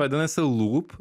vadinasi lūp